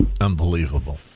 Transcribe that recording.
unbelievable